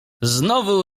znowu